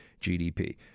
GDP